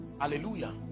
hallelujah